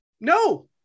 No